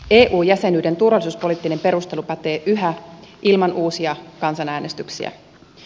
eu jäsenyyden turvallisuuspoliittinen perustelu pätee yhä ilman uusia kansanäänestyksiä